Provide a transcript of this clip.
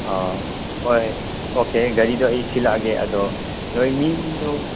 ꯑꯥ ꯍꯣꯏ ꯑꯣꯀꯦ ꯑꯩ ꯒꯥꯔꯤꯗꯣ ꯑꯩ ꯁꯤꯜꯂꯛꯑꯒꯦ ꯑꯗꯣ ꯅꯣꯏ ꯃꯤꯗꯣ